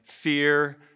fear